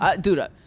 dude